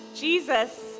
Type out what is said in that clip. Jesus